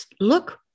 look